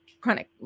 chronic